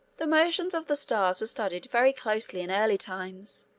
the motions of the stars were studied very closely in early times,